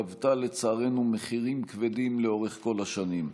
גבתה לצערנו מחירים כבדים לאורך כל השנים.